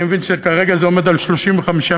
אני מבין שכרגע זה עומד על 35 מיליארד,